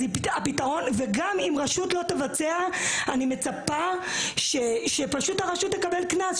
אם רשות לא תבצע אני מצפה שפשוט הרשות תקבל קנס,